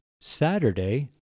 Saturday